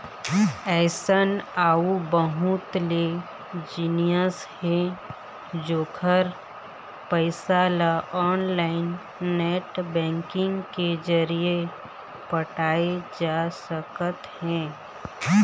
अइसन अउ बहुत ले जिनिस हे जेखर पइसा ल ऑनलाईन नेट बैंकिंग के जरिए पटाए जा सकत हे